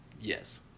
Yes